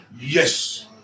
Yes